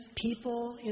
people